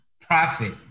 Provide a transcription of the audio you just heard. profit